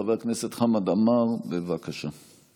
חבר הכנסת חמד עמאר, בבקשה.